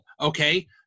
Okay